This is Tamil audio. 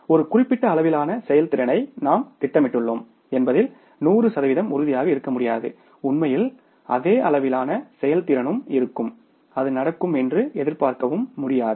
ஒரு குறிப்பிட்ட அளவிலான செயல்திறனை நாம் திட்டமிட்டுள்ளோம் என்பதில் 100 சதவிகிதம் உறுதியாக இருக்க முடியாது உண்மையில் அதே அளவிலான செயல்திறனும் இருக்கும் அல்லது அது நடக்கும் என்று எதிர்பார்க்கவும் முடியாது